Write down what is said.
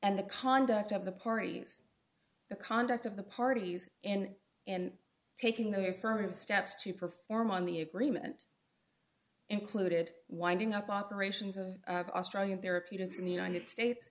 and the conduct of the parties the conduct of the parties in and taking their firm steps to perform on the agreement included winding up operations of australian therapeutics in the united states